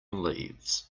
leaves